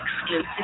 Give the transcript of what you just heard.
exclusive